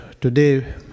today